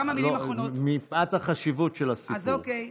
מפאת החשיבות של הסיפור.